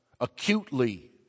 acutely